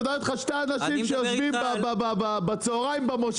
אני מדבר איתך על שני אנשים שיושבים בצהריים במושב,